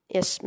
Yes